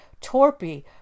torpy